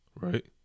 Right